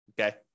okay